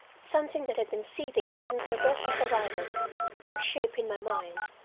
something that had been seething since her breathless arrival took shape in my mind,